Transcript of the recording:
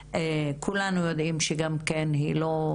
לא כולנו מבינים שאישה שנהרס לה הבית,